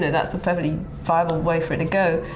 that's a perfectly viable way for it to go,